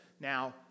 Now